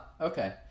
Okay